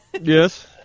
Yes